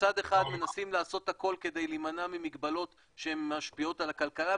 מצד אחד מנסים לעשות הכול כדי להימנע ממגבלות שהן משפיעות על הכלכלה,